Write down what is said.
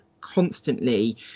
constantly